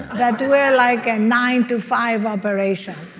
that we're like a nine-to-five operation.